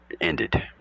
ended